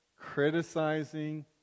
criticizing